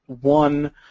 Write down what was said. one